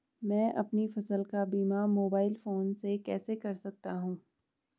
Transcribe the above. मैं अपनी फसल का बीमा मोबाइल फोन से कैसे कर सकता हूँ?